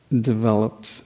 developed